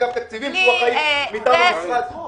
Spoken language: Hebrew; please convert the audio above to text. גם אגף התקציבים שהוא אחראי מטעם המשרד.